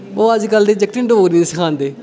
ओह् अजकल दे जागतें गी डोगरी नेईं सखांदे